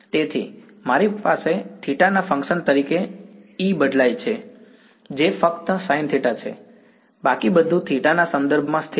તેથી મારી પાસે θ ના ફંક્શન તરીકે E બદલાય છે જે ફક્ત sin θ છે બાકી બધું θ ના સંદર્ભમાં સ્થિર છે